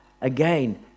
again